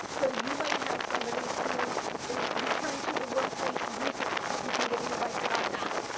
so you might have somebody who returned to the workplace recently who can give you advice about that.